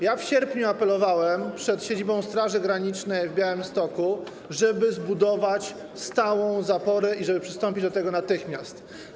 Ja w sierpniu apelowałem przed siedzibą Straży Granicznej w Białymstoku, żeby zbudować stałą zaporę i żeby przystąpić do tego natychmiast.